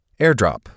Airdrop